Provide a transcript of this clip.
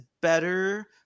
better